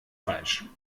falsch